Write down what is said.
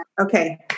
Okay